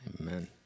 Amen